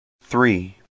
THREE